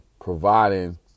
providing